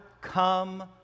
come